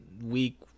week